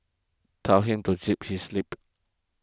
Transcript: tell him to zip his lip